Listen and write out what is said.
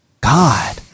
God